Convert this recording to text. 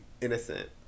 innocent